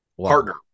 Partner